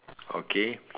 okay